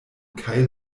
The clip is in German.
keil